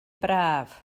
braf